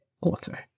author